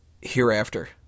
Hereafter